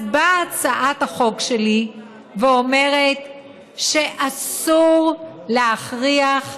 אז באה הצעת החוק שלי ואומרת שאסור להכריח ילדים,